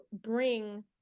bring